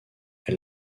elle